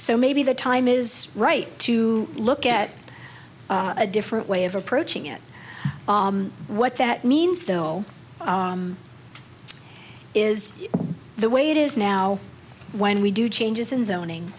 so maybe the time is right to look at a different way of approaching it what that means though is the way it is now when we do changes in zoning